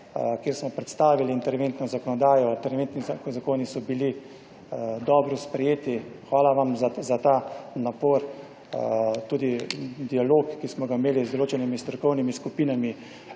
kjer smo predstavili interventno zakonodajo. Interventni zakoni so bili dobro sprejeti. Hvala vam za ta napor. Tudi dialog, ki smo ga imeli z določenimi strokovnimi skupinami,